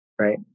Right